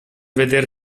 veder